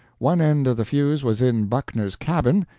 one end of the fuse was in buckner's cabin,